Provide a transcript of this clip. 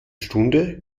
stunde